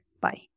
Bye